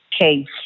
case